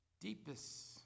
Deepest